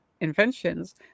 inventions